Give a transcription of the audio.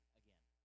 again